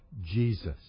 Jesus